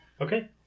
Okay